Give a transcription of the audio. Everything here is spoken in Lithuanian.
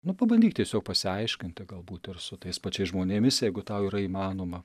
nu pabandyk tiesiog pasiaiškinti galbūt ir su tais pačiais žmonėmis jeigu tau yra įmanoma